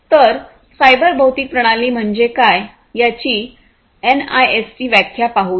तर सायबर भौतिक प्रणाली म्हणजे काय याची एनआयएसटीची व्याख्या पाहूया